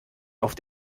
auf